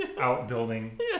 Outbuilding